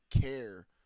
care